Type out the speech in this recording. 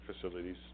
facilities